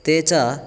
ते च